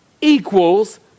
equals